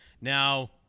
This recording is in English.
Now